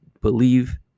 believe